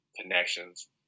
connections